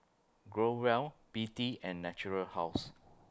Growell B D and Natura House